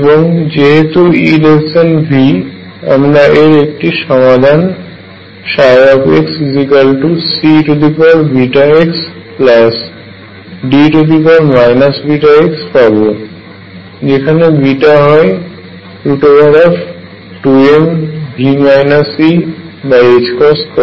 এবং যেহেতু EV আমরা এর একটি সমাধান xCeβxDe βx পাব যেখানে হয় 2mV E2